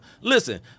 Listen